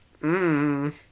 Mmm